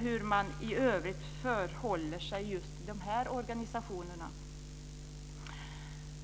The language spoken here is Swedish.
hur man i övrigt förhåller sig till dessa organisationer.